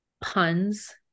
puns